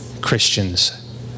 Christians